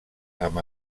amb